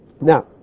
Now